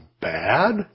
bad